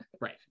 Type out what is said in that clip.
Right